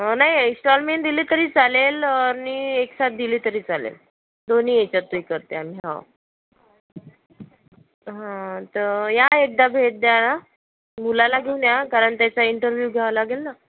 नाही इंस्टॉलमेंट दिली तरी चालेल आणि एक सात दिली तरी चालेल दोन्ही याच्यात हे करते आम्ही हां या एकदा भेट द्यायला मुलाला घेऊन या कारण त्याचा इंटरव्यू घ्यावा लागेल ना